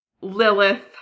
Lilith